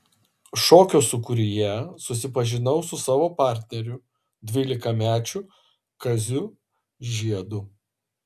šokio sūkuryje susipažinau su savo partneriu dvylikmečiu kaziu žiedu